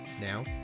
Now